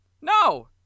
No